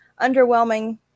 underwhelming